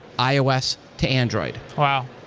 ios to android. wow!